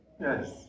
Yes